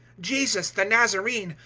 jesus, the nazarene,